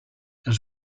els